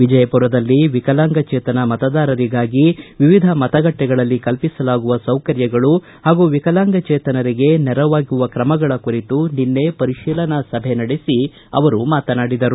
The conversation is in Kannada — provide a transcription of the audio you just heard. ವಿಜಯಪುರದಲ್ಲಿ ವಿಕಲಾಂಗಚೇತನ ಮತದಾರರಿಗಾಗಿ ವಿವಿಧ ಮತಗಟ್ಟೆಗಳಲ್ಲಿ ಕಲ್ಪಿಸಲಾಗುವ ಸೌಕರ್ಯಗಳು ಹಾಗೂ ವಿಕಲಾಂಗಚೇತನರಿಗೆ ನೆರವಾಗುವ ಕ್ರಮಗಳ ಕುರಿತು ಪರಿಶೀಲನಾ ಸಭೆ ನಡೆಸಿ ಅವರು ಮಾತನಾಡಿದರು